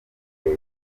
leta